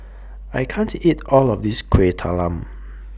I can't eat All of This Kueh Talam